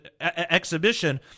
exhibition